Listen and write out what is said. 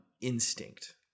instinct